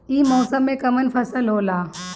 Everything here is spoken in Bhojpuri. ई मौसम में कवन फसल होला?